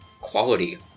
quality